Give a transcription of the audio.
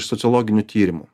sociologinių tyrimų